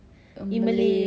in malay